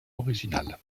originale